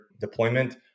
deployment